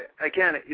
again